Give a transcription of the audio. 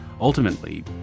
ultimately